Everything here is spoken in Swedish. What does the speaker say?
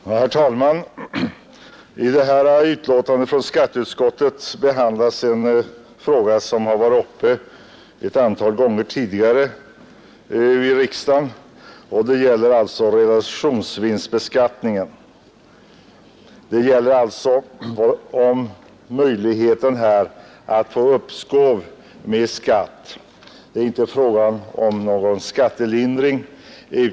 Herr talman! I det här betänkandet från skatteutskottet behandlas en fråga som har varit uppe ett antal gånger tidigare i riksdagen. Det gäller realisationsvinstbeskattningen och möjligheten att i vissa fall få uppskov med skatten. Det är inte fråga om någon skattelindring.